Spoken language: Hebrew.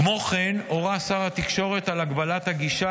כמו כן הורה שר התקשורת על הגבלת הגישה